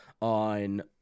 on